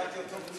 כזה גבוה, מוזס?